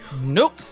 Nope